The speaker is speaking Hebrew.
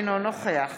אינו נוכח